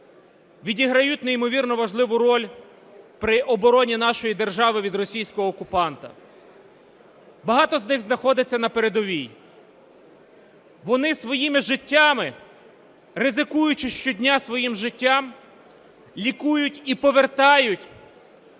відіграють неймовірно важливу роль при обороні нашої держави від російського окупанта. Багато з них знаходиться на передовій. Вони своїми життями, ризикуючи щодня своїм життям, лікують і повертають